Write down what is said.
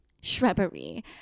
shrubbery